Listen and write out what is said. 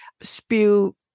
spew